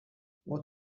what